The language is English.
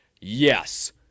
yes